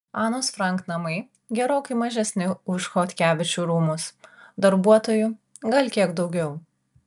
anos frank namai gerokai mažesni už chodkevičių rūmus darbuotojų gal kiek daugiau